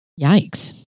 yikes